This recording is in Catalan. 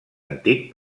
antic